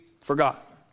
forgot